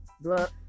blood